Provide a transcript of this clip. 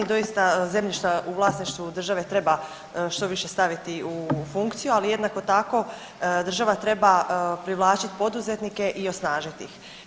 Doista zemljišta u vlasništvu države treba što više staviti u funkciju, ali jednako tako država treba privlačiti poduzetnike i osnažiti ih.